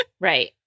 right